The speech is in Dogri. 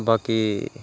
बाकी